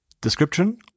description